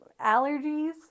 allergies